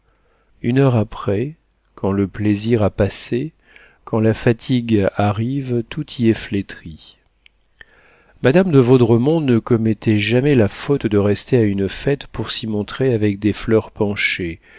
une heure après quand le plaisir a passé quand la fatigue arrive tout y est flétri madame de vaudremont ne commettait jamais la faute de rester à une fête pour s'y montrer avec des fleurs penchées